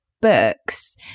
books